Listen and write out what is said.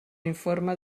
informe